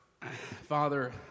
Father